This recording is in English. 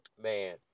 man